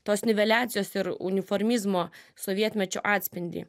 tos niveliacijos ir uniformizmo sovietmečiu atspindį